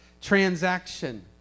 transaction